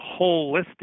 holistic